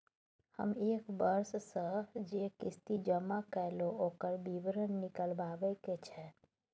हम एक वर्ष स जे किस्ती जमा कैलौ, ओकर विवरण निकलवाबे के छै?